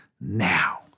now